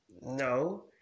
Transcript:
no